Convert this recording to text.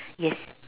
yes